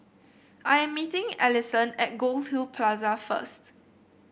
I am meeting Allison at Goldhill Plaza first